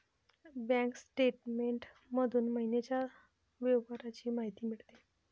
bank statement मधून महिन्याच्या व्यवहारांची माहिती मिळते